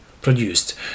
produced